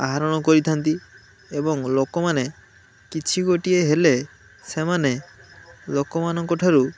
ଆହରଣ କରିଥାନ୍ତି ଏବଂ ଲୋକମାନେ କିଛି ଗୋଟିଏ ହେଲେ ସେମାନେ ଲୋକମାନଙ୍କଠାରୁ